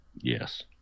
Yes